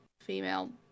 female